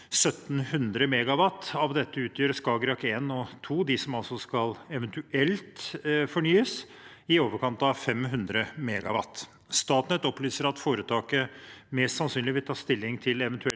1 700 MW. Av dette utgjør Skagerrak 1 og 2, de som altså eventuelt skal fornyes, i overkant av 500 MW. Statnett opplyser at foretaket mest sannsynlig vil ta stilling til eventuell